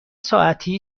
ساعتی